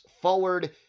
forward